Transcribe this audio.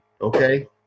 okay